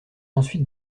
ensuite